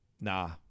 nah